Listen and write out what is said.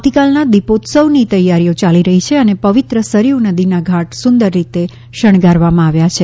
આવતીકાલના દીપોત્સવની તૈયારીઓ ચાલી રહી છે અને પવિત્ર સરયુ નદીના ઘાટ સુંદર રીતે શણગારવામાં આવ્યા છે